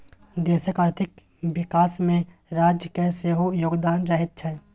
देशक आर्थिक विकासमे राज्यक सेहो योगदान रहैत छै